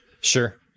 sure